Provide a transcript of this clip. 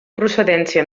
procedència